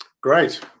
Great